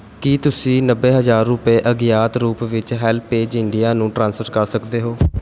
ਕੀ ਤੁਸੀਂਂ ਨੱਬੇ ਹਜ਼ਾਰ ਰੁਪਏ ਅਗਿਆਤ ਰੂਪ ਵਿੱਚ ਹੈਲਪੇਜ ਇੰਡੀਆ ਨੂੰ ਟ੍ਰਾਂਸਫਰ ਕਰ ਸਕਦੇ ਹੋ